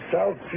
South